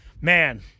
man